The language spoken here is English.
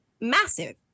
Massive